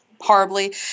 horribly